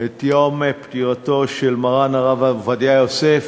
את יום פטירתו של מרן הרב עובדיה יוסף.